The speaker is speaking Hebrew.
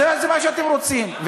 זה מה שאתם רוצים.